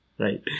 Right